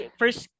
first